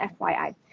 FYI